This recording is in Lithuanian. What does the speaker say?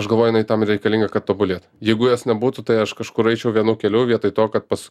aš galvoju jinai tam ir reikalinga kad tobulėt jeigu jos nebūtų tai aš kažkur eičiau vienu keliu vietoj to kad pas